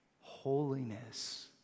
Holiness